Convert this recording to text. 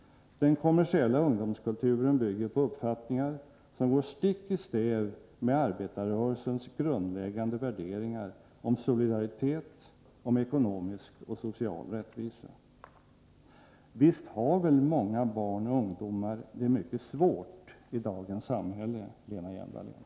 Den kommersiella ungdomskulturen bygger på uppfattningar som går stick i stäv med arbetarrörelsens grundläggande värderingar om solidaritet, om ekonomisk och social rättvisa. Visst har väl många barn och ungdomar det mycket svårt i dagens samhälle Lena Hjelm-Wallén?